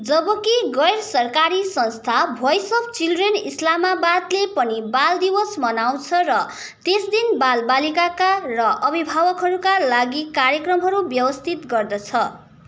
जब कि गैरसरकारी संस्था भ्वाइस अफ चिल्ड्रेन इस्लामाबादले पनि बाल दिवस मनाउँछ र त्यस दिन बाल बालिकाका र अभिभावकहरूका लागि कार्यक्रमहरू व्यवस्थित गर्दछ